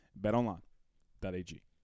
betonline.ag